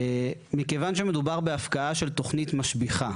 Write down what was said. מכיוון שמדובר בהפקעה של תוכנית משביחה.